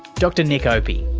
dr nick opie.